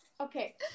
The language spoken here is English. Okay